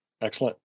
Excellent